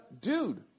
dude